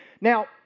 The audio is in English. Now